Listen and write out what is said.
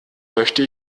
möchte